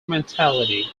mentality